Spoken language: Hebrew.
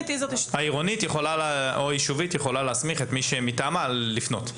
העירונית או היישובית יכולה להסמיך את מי שמטעמה לפנות.